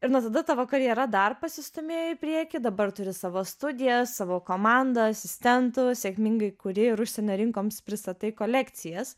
ir nuo tada tavo karjera dar pasistūmėjo į priekį dabar turi savo studiją savo komandą asistentų sėkmingai kuri ir užsienio rinkoms pristatai kolekcijas